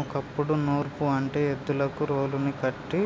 ఓ కప్పుడు నూర్పు అంటే ఎద్దులకు రోలుని కట్టి